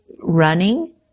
Running